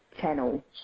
channel